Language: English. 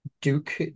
Duke